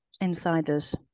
insiders